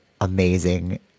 amazing